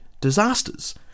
disasters